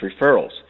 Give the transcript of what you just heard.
referrals